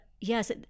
yes